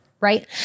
right